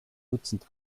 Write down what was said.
dutzend